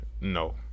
no